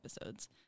episodes